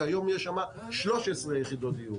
כיום יש שם 13 יחידות דיור.